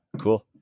cool